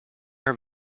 her